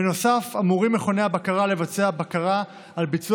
בנוסף אמורים מכוני הבקרה לבצע בקרה על ביצוע